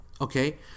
Okay